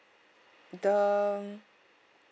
the